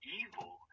evil